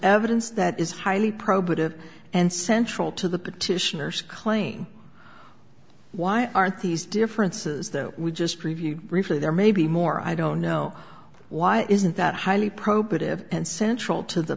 evidence that is highly probative and central to the petitioners claim why aren't these differences that we just reviewed briefly there may be more i don't know why isn't that highly probative and central to the